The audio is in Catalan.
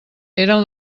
eren